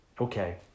Okay